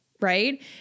right